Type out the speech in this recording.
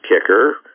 kicker